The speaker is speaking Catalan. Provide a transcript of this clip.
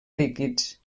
líquids